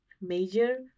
major